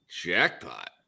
Jackpot